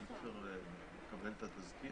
אי-אפשר לקבל את התזכיר?